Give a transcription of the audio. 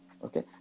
Okay